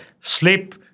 sleep